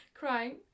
Crying